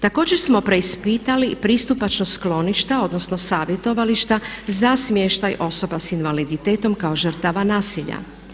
Također smo preispitali pristupačnost skloništa, odnosno savjetovališta za smještaj osoba sa invaliditetom kao žrtava nasilja.